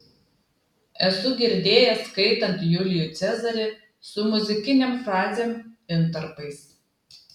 esu girdėjęs skaitant julijų cezarį su muzikinėm frazėm intarpais